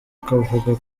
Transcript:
kavuga